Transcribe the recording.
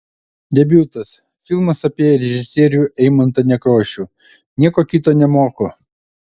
debiutas filmas apie režisierių eimuntą nekrošių nieko kito nemoku